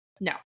No